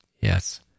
Yes